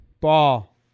Ball